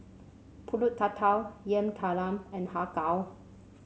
pulut tatal Yam Talam and Har Kow